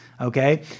okay